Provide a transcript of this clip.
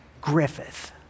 Griffith